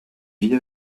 vit